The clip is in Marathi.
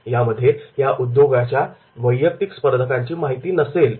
यामध्ये या उद्योगाच्या वैयक्तिक स्पर्धकांची माहिती नसेल